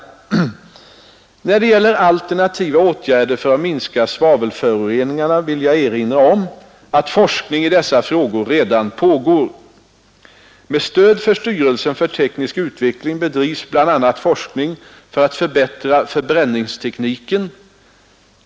När det gäller alternativa åtgärder för att minska svavelföroreningarna vill jag erinra om, att forskning i dessa frågor redan pågår. Med stöd från styrelsen för teknisk utveckling bedrivs bl.a. forskning för att förbättra förbränningstekniken.